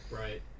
right